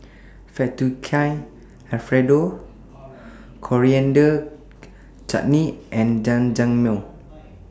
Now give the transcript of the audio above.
Fettuccine Alfredo Coriander Chutney and Jajangmyeon